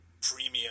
premium